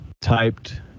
typed